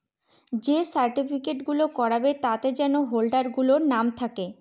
যে সার্টিফিকেট গুলো করাবে তাতে যেন হোল্ডার গুলোর নাম থাকে